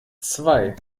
zwei